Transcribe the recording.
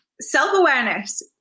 self-awareness